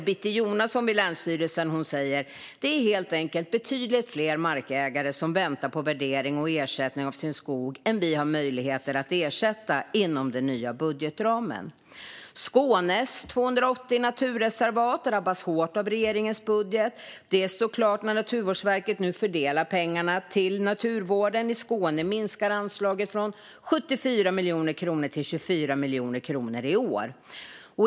Bitte Jonason vid länsstyrelsen säger: Det är helt enkelt betydligt fler markägare som väntar på värdering och ersättning av sin skog än vi har möjligheter att ersätta inom den nya budgetramen. Skånes 280 naturreservat drabbas hårt av regeringens budget. Det står klart när Naturvårdsverket nu fördelar pengarna till naturvården. I Skåne minskar anslaget från 74 miljoner kronor till 24 miljoner kronor i år.